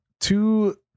two